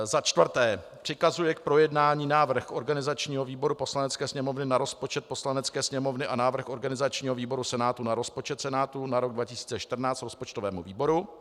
IV. přikazuje k projednání návrh organizačního výboru Poslanecké sněmovny na rozpočet Poslanecké sněmovny a návrh organizačního výboru Senátu na rozpočet Senátu na rok 2014 rozpočtovému výboru,